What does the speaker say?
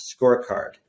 scorecard